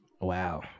Wow